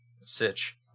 sitch